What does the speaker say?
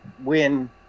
win